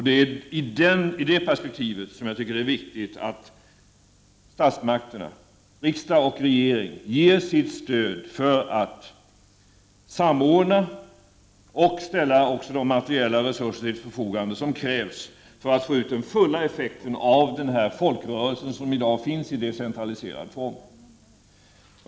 Det är i detta perspektiv som jag tycker att det är viktigt att statsmakterna, riksdag och regering, ger sitt stöd för att samordna och också ställa de materiella resurser till förfogande som krävs för att få ut den fulla effekten av den folkrörelse som i dag finns i decentraliserad form.